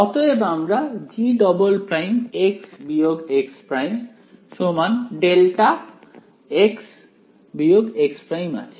অতএব আমার G′′x x′ δx x′ আছে